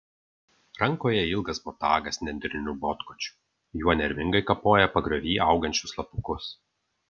rankoje ilgas botagas nendriniu botkočiu juo nervingai kapoja pagriovy augančius lapukus